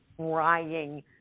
trying